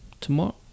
tomorrow